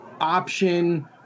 option